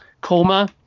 Coma